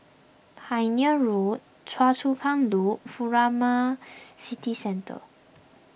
Pioneer Road Choa Chu Kang Loop Furama City Centre